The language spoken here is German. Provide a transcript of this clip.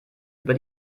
über